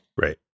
Right